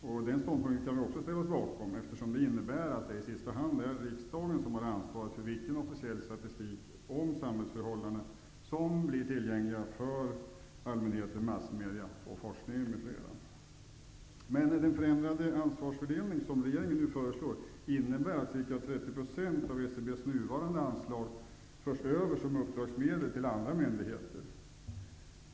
Denna ståndpunkt kan vi ställa oss bakom, eftersom den innebär att det i sista hand är riksdagen som har ansvaret för vilken officiell statistik om samhällsförhållandena som är tillgänglig för allmänheten, massmedia, forskningen, m.fl. Den förändrade ansvarsfördelning som regeringen nu föreslår innebär att ca 30 % av SCB:s nuvarande anslag förs över som uppdragsmedel till andra myndigheter.